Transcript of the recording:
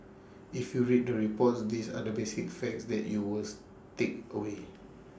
if you read the reports these are the basic facts that you will take away